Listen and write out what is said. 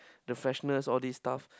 the freshness all these stuff